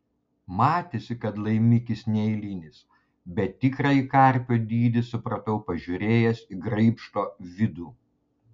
matėsi kad laimikis neeilinis bet tikrąjį karpio dydį supratau pažiūrėjęs į graibšto vidų